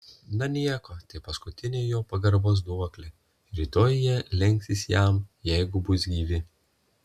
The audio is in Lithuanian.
na nieko tai paskutinė jo pagarbos duoklė rytoj jie lenksis jam jeigu bus gyvi